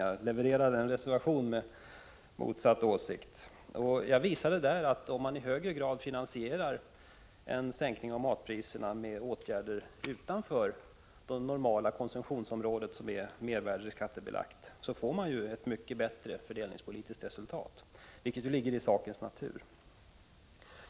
Jag levererade som sagt en reservation med motsatt åsikt, där jag visade att man genom att i högre grad finansiera en sänkning av priserna på mat med åtgärder utanför det normala konsumtionsområde som är mervärdeskattebelagt får ett mycket bättre fördelningspolitiskt resultat, vilket ligger i sakens natur.